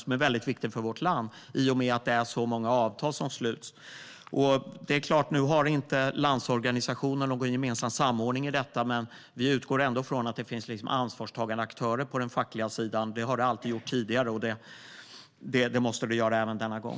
Det är väldigt viktigt för vårt land i och med att det är så många avtal som sluts. Nu har inte Landsorganisationen någon gemensam samordning i detta. Men vi utgår ändå från att det finns ansvarstagande aktörer på den fackliga sidan. Det har det alltid funnits tidigare, och det måste det finnas även denna gång.